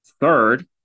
Third